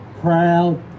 proud